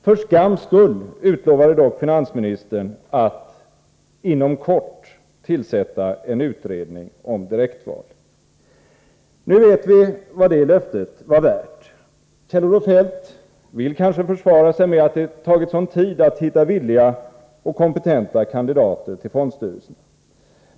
För skams skull utlovade dock finansministern att ”inom kort” tillsätta en utredning om direktval. Nu vet vi vad det löftet var värt. Kjell-Olof Feldt vill kanske försvara sig med att det tagit sådan tid att hitta villiga och kompetenta kandidater till fondstyrelserna.